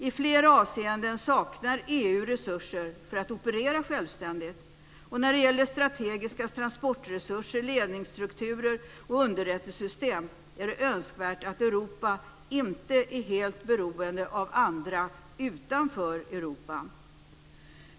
I flera avseenden saknar EU resurser för att operera självständigt. När det gäller strategiska transportresurser, ledningsstrukturer och underrättelsesystem är det önskvärt att Europa inte är helt beroende av andra utanför Europa.